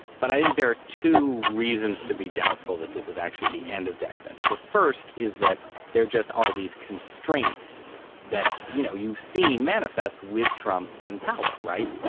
but i think there are two reasons to be doubtful that this is actually the end of decadence. the first is that there just are these constraints that, you know, you've seen manifest with trump in power. right.